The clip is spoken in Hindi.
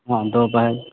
हाँ दो बार